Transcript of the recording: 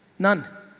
none,